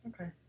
Okay